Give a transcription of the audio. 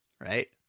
Right